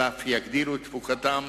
ויגדילו את תפוקתם.